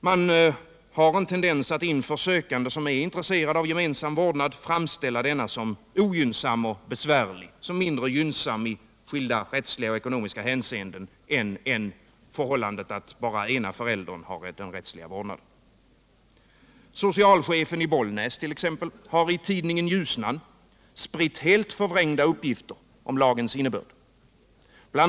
De har en tendens att inför sökande som är intresserade av gemensam vårdnad framställa denna som besvärlig och mindre gynnsam i skilda rättsliga och ekonomiska hänseenden än om bara den ena föräldern har den rättsliga vårdnaden. Socialchefen i Bollnäs har t.ex. i tidningen Ljusnan spritt helt förvrängda uppgifter om lagens innebörd. BI.